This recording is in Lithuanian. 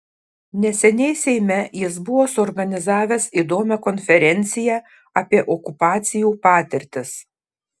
neseniai seime jis buvo suorganizavęs įdomią konferenciją apie okupacijų patirtis